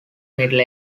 middle